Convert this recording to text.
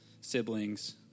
siblings